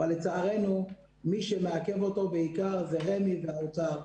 אבל לצערנו מי שמעכב אותו בעיקר זה רמ"י והאוצר,